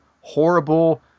horrible